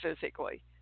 physically